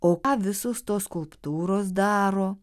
o ką visos tos skulptūros daro